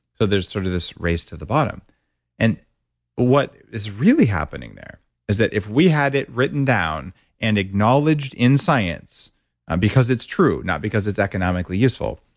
so there's sort of this race to the bottom and what is really happening there is that if we had it written down and acknowledged in science because it's true not because it's economically useful,